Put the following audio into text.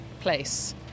place